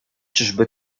czyżby